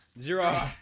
Zero